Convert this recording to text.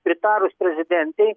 pritarus prezidentei